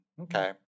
Okay